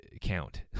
count